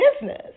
business